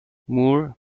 moore